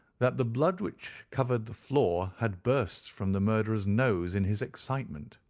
that the blood which covered the floor had burst from the murderer's nose in his excitement.